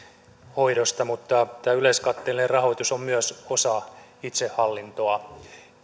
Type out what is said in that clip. hoidosta mutta tämä yleiskatteellinen rahoitus on myös osa itsehallintoa